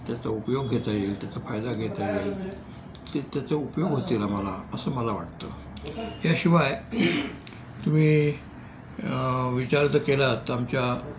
त्याचा उपयोग घेता येईल त्याचा फायदा घेता येईल क त्याचा उपयोग होतील आम्हाला असं मला वाटतं याशिवाय तुम्ही विचार तर केलात आमच्या